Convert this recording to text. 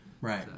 right